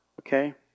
okay